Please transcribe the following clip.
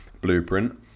blueprint